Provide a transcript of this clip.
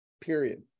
period